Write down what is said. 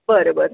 बरं बरं